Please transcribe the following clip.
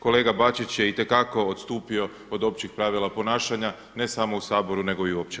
Kolega Bačić je itekako odstupio od općih pravila ponašanja, ne samo u Saboru nego i uopće.